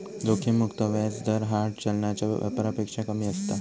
जोखिम मुक्त व्याज दर हार्ड चलनाच्या व्यापारापेक्षा कमी असता